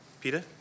Peter